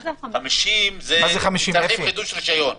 50 זה חידוש רישיון.